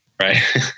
right